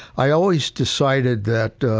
i always decided that,